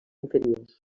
inferiors